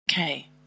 Okay